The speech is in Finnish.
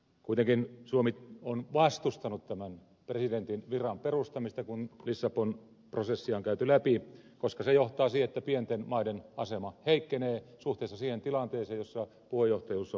kuitenkin suomi on vastustanut eun presidentin viran perustamista kun lissabon prosessia on käyty läpi koska se johtaa siihen että pienten maiden asema heikkenee suhteessa siihen tilanteeseen jossa puheenjohtajuus on kiertävä